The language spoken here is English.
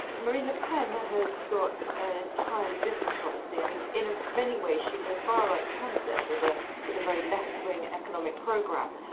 marine le pen has got an entirely different policy. i mean, in many ways, she's a far-right candidate with ah with a very left-wing economic program.